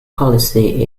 policy